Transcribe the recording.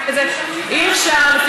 אם אפשר,